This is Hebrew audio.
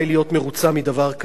אבל לאן היא מוליכה אותנו?